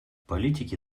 политики